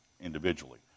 individually